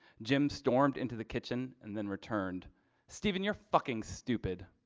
jim stormed into the kitchen and then returned steven, you're fucking stupid.